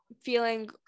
feeling